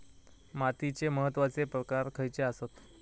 मातीचे महत्वाचे प्रकार खयचे आसत?